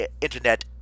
internet